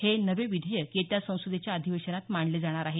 हे नवे विधेयक येत्या संसदेच्या अधिवेशनात मांडले जाणार आहे